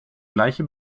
gleiche